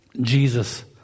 Jesus